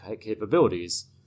capabilities